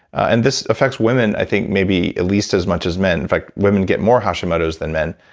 and this affects women i think maybe at least as much as men. in fact, women get more hashimoto's than men,